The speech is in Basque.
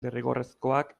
derrigorrezkoak